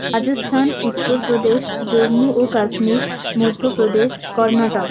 Rajasthan Uttar Pradesh Jammu ও Kashmir Madhya Pradesh Karnataka